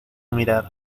mirar